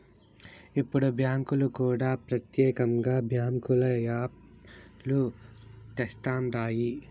ఇప్పుడు బ్యాంకులు కూడా ప్రత్యేకంగా బ్యాంకుల యాప్ లు తెస్తండాయి